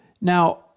Now